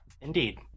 Indeed